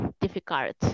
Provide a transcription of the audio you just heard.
difficult